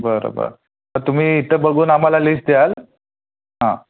बरं बरं तर तुम्ही इथून बघून आम्हाला लिस्ट द्याल हां